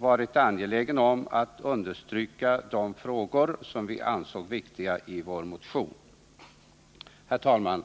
varit angeläget att understryka de synpunkter som vi anfört i vår motion. Herr talman!